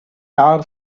are